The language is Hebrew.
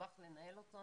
מסובך לנהל אותו,